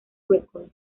records